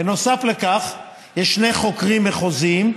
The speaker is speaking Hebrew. נוסף על כך יש שני חוקרים מחוזיים,